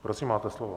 Prosím, máte slovo.